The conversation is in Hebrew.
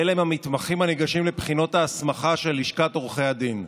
ואלה הם המתמחים הניגשים לבחינות ההסמכה של לשכת עורכי הדין.